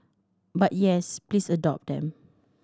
but yes please adopt them